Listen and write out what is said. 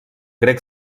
grec